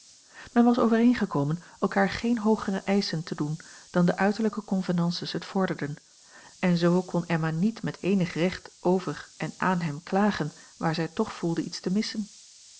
men was overeengekomen elkaar geen hoogere eischen te doen dan de uiterlijke convenances het vorderden en zoo kon emma niet met eenig recht over en aan hem klagen waar zij toch voelde iets te missen